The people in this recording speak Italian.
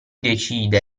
decide